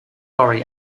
laurie